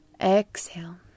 exhale